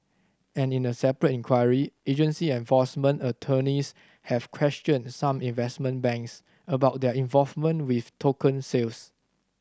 and in a separate inquiry agency enforcement attorneys have questioned some investment banks about their involvement with token sales